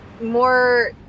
more